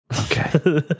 okay